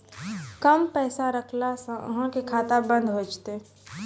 कम पैसा रखला से अहाँ के खाता बंद हो जैतै?